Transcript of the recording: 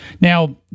Now